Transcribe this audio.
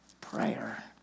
prayer